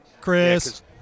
Chris